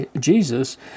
Jesus